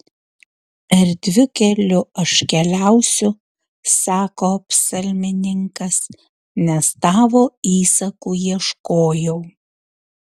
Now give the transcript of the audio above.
erdviu keliu aš keliausiu sako psalmininkas nes tavo įsakų ieškojau